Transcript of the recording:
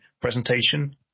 presentation